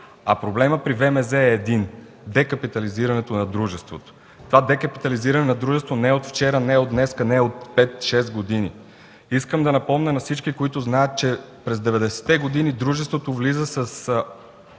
а проблемът при ВМЗ е един – декапитализирането на дружеството. Това декапитализиране на дружеството не е от вчера, не е от днес, не е от 5-6 години. Искам да напомня на всички, които знаят, че през 90-те години дружеството влиза с